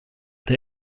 der